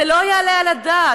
זה לא יעלה על הדעת,